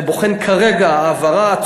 אני בוחן כרגע העברה.